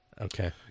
Okay